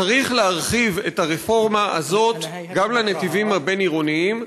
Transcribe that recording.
צריך להרחיב את הרפורמה הזאת גם לנתיבים הבין-עירוניים.